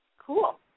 Cool